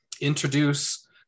introduce